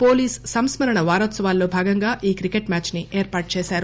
police సంస్క రణ వారోత్సవాలలో భాగంగా ఈ క్రికెట్ మ్యాచ్ ని ఏర్పాటు చేశారు